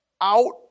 out